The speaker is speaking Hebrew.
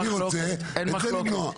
ואני רוצה את זה למנוע.